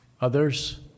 Others